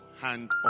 hand